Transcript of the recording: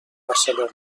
barcelona